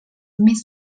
més